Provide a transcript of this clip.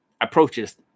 approaches